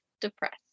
depressed